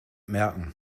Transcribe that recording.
merken